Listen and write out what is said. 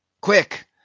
Quick